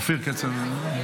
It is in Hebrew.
נתקבלה.